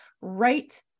right